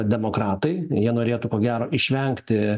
demokratai jie norėtų ko gero išvengti